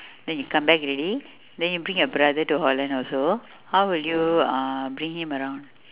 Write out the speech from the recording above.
then you come back already then you bring your brother to holland also how will you uh bring him around